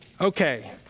Okay